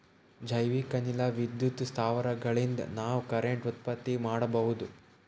ಜೈವಿಕ್ ಅನಿಲ ವಿದ್ಯುತ್ ಸ್ಥಾವರಗಳಿನ್ದ ನಾವ್ ಕರೆಂಟ್ ಉತ್ಪತ್ತಿ ಮಾಡಬಹುದ್